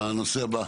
הנושא הבא.